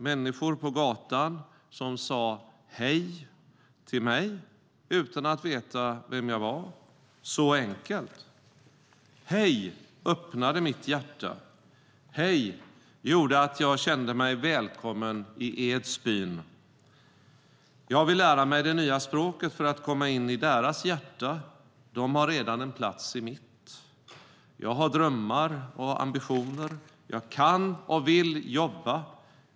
Människor på gatan som sa "Hej" till mig utan att veta vem jag var - så enkelt. "Hej" öppnade mitt hjärta. "Hej" gjorde att jag kände mig välkommen i Edsbyn. Jag vill lära mig det nya språket för att komma in i deras hjärtan. De har redan en plats i mitt. Jag har drömmar och ambitioner, jag kan och vill jobba.